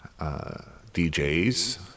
DJs